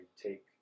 take